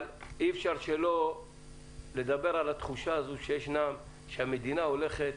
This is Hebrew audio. אי-אפשר שלא לדבר על התחושה שהמדינה הולכת,